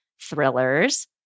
thrillers